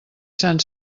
sant